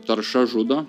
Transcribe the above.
tarša žudo